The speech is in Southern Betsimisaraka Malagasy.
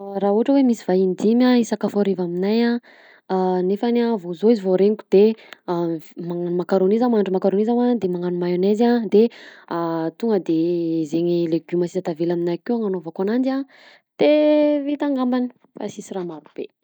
Ah raha ohatra hoe misy vahiny dimy hisakafo hariva aminahy nefany vao zao vo regniko de mivi- magnano makaroni zaho mahandro makaroni zaho a de magnano mayonaise a de tonga de zegny legioma sisa tavela aminahy akeo anaovako ananjy a de vita angambany fa sisy raha maro be.